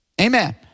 Amen